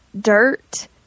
dirt